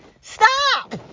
stop